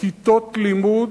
כיתות לימוד,